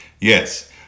Yes